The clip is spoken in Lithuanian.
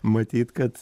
matyt kad